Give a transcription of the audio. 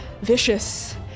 vicious